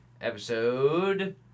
episode